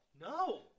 No